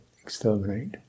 exterminate